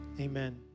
Amen